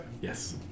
Yes